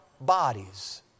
bodies